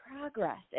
progress